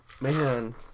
Man